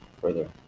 Further